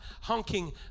honking